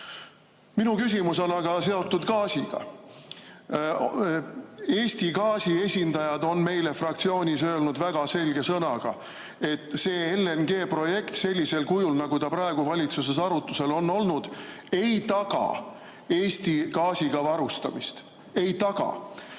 Minu küsimus on aga seotud gaasiga. Eesti Gaasi esindajad on meile fraktsioonis öelnud väga selge sõnaga, et see LNG‑projekt sellisel kujul, nagu ta praegu valitsuses arutusel on olnud, ei taga Eesti gaasiga varustamist. Ei taga.